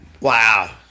Wow